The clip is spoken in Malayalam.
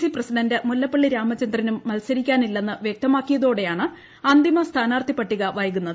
സി പ്രസിഡന്റ് മുല്ലപ്പള്ളി രാമചന്ദ്രനും മൽസരിക്കാനില്ലെന്ന് വ്യക്തമാക്കിയതോടെയാണ് അന്തിമ സ്ഥാനാർത്ഥിപ്പട്ടിക വൈകുന്നത്